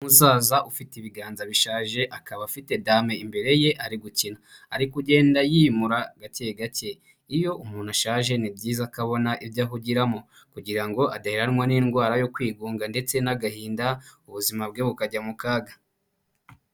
Umusaza ufite ibiganza bishaje akaba afite dame imbere ye ari gukina, arikugenda yimura gake gake. Iyo umuntu ashaje ni byiza ko abona ibyo ahugiramo kugirango ngo adaheranwa n'indwara yo kwigunga ndetse n'agahinda ubuzima bwe bukajya mu kaga.